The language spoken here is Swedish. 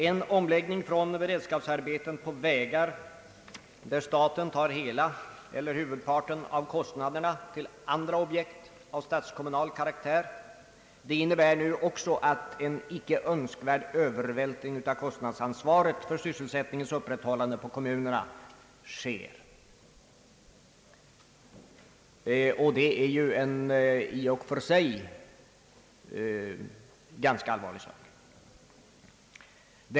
En omläggning från beredskapsarbeten på vägar, där staten tar hela eller huvudparten av kostnaden, till andra objekt av statskommunal karaktär innebär också att det sker en icke önskvärd övervältring av kostnadsansvaret för sysselsättningens upprätthållande på kommunerna, vilket ju i och för sig är ganska allvarligt.